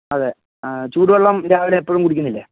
അതെ ചൂടുവെള്ളം രാവിലെ എപ്പോഴും കുടിക്കുന്നില്ലേ